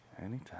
Anytime